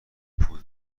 پول